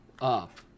up